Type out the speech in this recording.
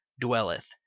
dwelleth